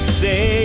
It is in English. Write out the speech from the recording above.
say